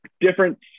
difference